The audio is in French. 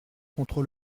contre